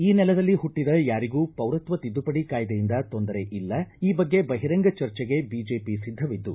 ಈ ನೆಲದಲ್ಲಿ ಹುಟ್ಟದ ಯಾರಿಗೂ ಪೌರತ್ವ ತಿದ್ದುಪಡಿ ಕಾಯಿದೆಯಿಂದ ತೊಂದರೆ ಇಲ್ಲ ಈ ಬಗ್ಗೆ ಬಹಿರಂಗ ಚರ್ಚೆಗೆ ಬಿಜೆಪಿ ಸಿದ್ದವಿದ್ದು